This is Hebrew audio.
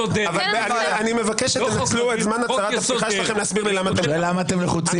אני מבקש שתנצלו את זמן הצהרת הפתיחה שלכם להסביר לי למה אתם לחוצים.